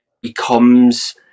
becomes